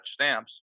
stamps